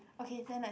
okay then I